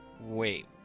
Wait